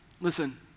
Listen